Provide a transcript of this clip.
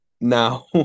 Now